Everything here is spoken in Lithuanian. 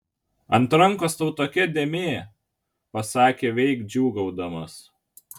ant rankos tau tokia dėmė pasakė veik džiūgaudamas